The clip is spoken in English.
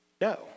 No